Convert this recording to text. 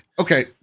Okay